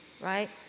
right